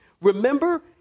Remember